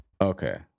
Okay